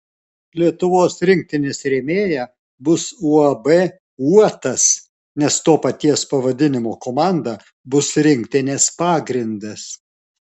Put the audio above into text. lietuvos rinktinės rėmėja bus uab uotas nes to paties pavadinimo komanda bus rinktinės pagrindas